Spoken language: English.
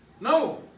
No